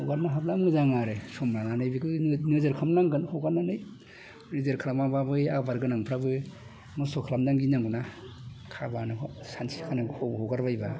हगारनो हाब्ला मोजां आरो सम लानानै बेखौ नोजोर खामनांगोन हगारनानै नोजोर खामाबा बै आबाद गोनांफ्राबो नस्थ' खामजानो गिनांगौना सानसे खानायखौ हगारबायोबा